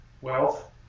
wealth